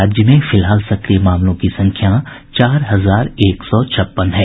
राज्य में फिलहाल सक्रिय मामलों की संख्या चार हजार एक सौ छप्पन है